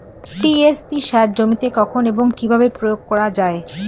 TSP সার জমিতে কখন এবং কিভাবে প্রয়োগ করা য়ায়?